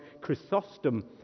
Chrysostom